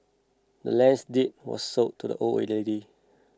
the land's deed was sold to the old lady